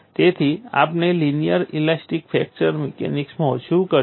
તેથી આપણે linear elastic fracture મિકેનિક્સમાં શું કર્યું છે